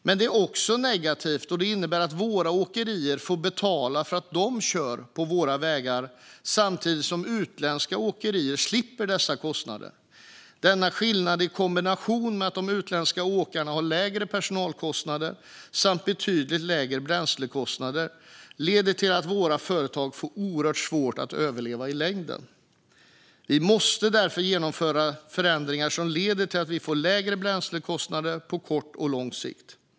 Men det är också negativt då det innebär att våra åkerier får betala för att de kör på våra vägar samtidigt som utländska åkare slipper dessa kostnader. Denna skillnad i kombination med att de utländska åkarna har lägre personalkostnader och betydligt lägre bränslekostnader leder till att våra företag i längden får oerhört svårt att överleva. Vi måste därför genomföra förändringar som leder till att vi får lägre bränslekostnader på både kort och lång sikt.